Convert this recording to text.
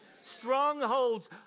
Strongholds